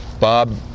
Bob